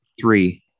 three